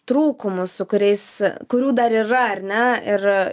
trūkumus su kuriais kurių dar yra ar ne ir